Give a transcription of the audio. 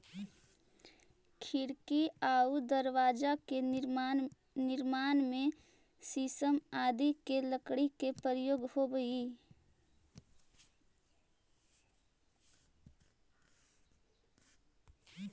खिड़की आउ दरवाजा के निर्माण में शीशम आदि के लकड़ी के प्रयोग होवऽ हइ